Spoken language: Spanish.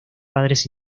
padres